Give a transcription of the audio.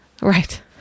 Right